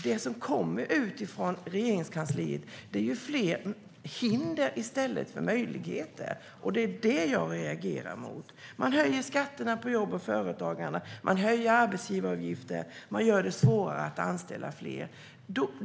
Det som kommer ut från Regeringskansliet är fler hinder i stället för möjligheter. Det är det jag reagerar mot. Ni höjer skatterna på jobb och företagande. Ni höjer arbetsgivaravgifter, och ni gör det svårare att anställa fler.